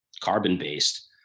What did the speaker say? carbon-based